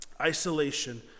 isolation